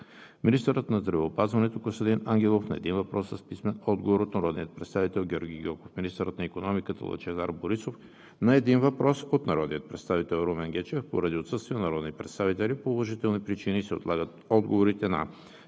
министърът на здравеопазването Костадин Ангелов – на един въпрос с писмен отговор от народния представител Георги Гьоков; - министърът на икономиката Лъчезар Борисов – на един въпрос от народния представител Румен Гечев. Поради отсъствие на народни представители по уважителни причини се отлагат отговорите на: